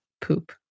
poop